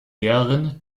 lehrerin